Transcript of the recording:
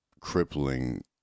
crippling